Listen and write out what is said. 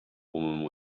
woman